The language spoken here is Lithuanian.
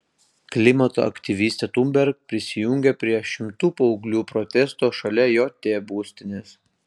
klimato aktyvistė thunberg prisijungė prie šimtų paauglių protesto šalia jt būstinės